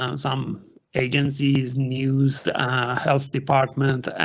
um some agencies. news health department,